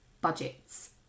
budgets